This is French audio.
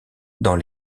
dans